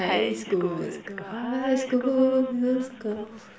high school musical high school musical